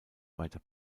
weiter